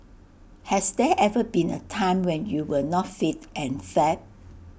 has there ever been A time when you were not fit and fab